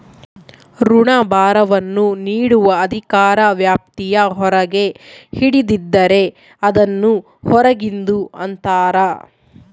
ಋಣಭಾರವನ್ನು ನೀಡುವ ಅಧಿಕಾರ ವ್ಯಾಪ್ತಿಯ ಹೊರಗೆ ಹಿಡಿದಿದ್ದರೆ, ಅದನ್ನು ಹೊರಗಿಂದು ಅಂತರ